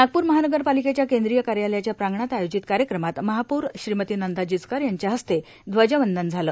नागपूर महानगरपालिकेच्या केंद्रीय कार्यालयाच्या प्रांगणात आयोजित कार्यक्रमात महापौर श्रीमती नंदा जिचकार यांच्या हस्ते ध्वजवंदन झालं